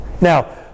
Now